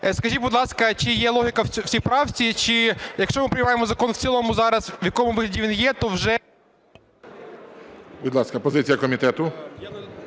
Скажіть, будь ласка, чи є логіка в цій правці? Якщо ми приймаємо закон в цілому зараз, в якому вигляді він є, то вже… ГОЛОВУЮЧИЙ. Будь ласка, позиція комітету.